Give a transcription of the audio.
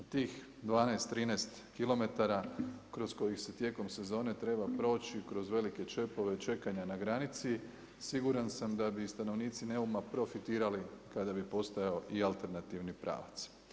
Da tih 12, 13km kroz kojih se tijekom sezone treba proći kroz velike čepove čekanja na granici siguran sam da bi stanovnici Neuma profitirali kada bi postojao i alternativni pravac.